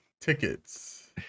Tickets